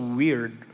weird